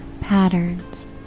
patterns